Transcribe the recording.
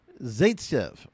Zaitsev